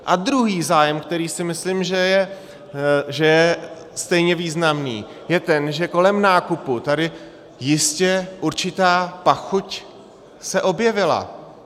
A druhý zájem, který si myslím, že je stejně významný, je ten, že kolem nákupu tady jistě určitá pachuť se objevila.